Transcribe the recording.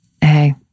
hey